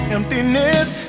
Emptiness